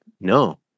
No